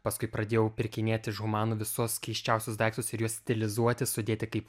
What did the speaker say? paskui pradėjau pirkinėt iš humanų visus keisčiausius daiktus ir juos stilizuoti sudėti kaip